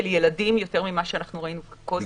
של ילדים יותר ממה שאנחנו ראינו קודם.